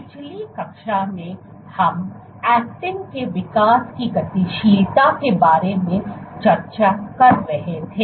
पिछली कक्षा में हम एक्टिन के विकास की गतिशीलता के बारे में चर्चा कर रहे थे